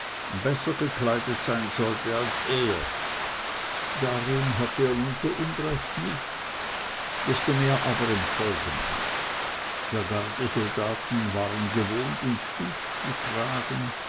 besser gekleidet sein sollte als er darin hatte er nun so unrecht nicht desto mehr aber im folgenden wir gardesoldaten waren gewohnt uns gut zu tragen